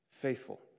faithful